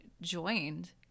joined